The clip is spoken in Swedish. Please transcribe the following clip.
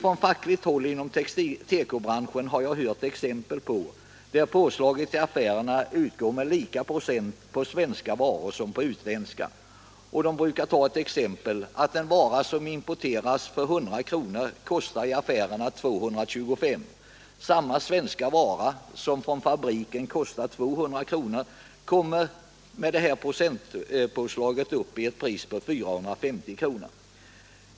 På fackligt håll inom tekobranschen har jag hört talas om fall där påslaget i affärerna är procentuellt lika stort oavsett om det är svenska eller utländska varor. Man brukar som exempel nämna att en vara som importeras för 100 kr. i affärerna kostar 225 kr. Samma svenska vara som från fabriken kostar 200 kr. kommer genom det här procentpåslaget upp i ett pris på 450 kr.